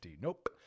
Nope